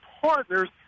partners